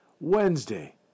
Wednesday